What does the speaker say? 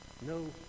No